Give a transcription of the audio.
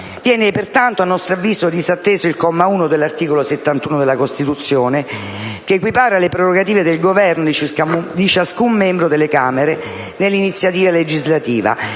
viene pertanto disatteso il primo comma dell'articolo 71 della Costituzione, che equipara le prerogative del Governo e di ciascun membro delle Camere nell'iniziativa legislativa,